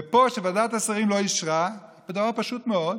ופה, כשוועדת השרים לא אישרה, הדבר פשוט מאוד: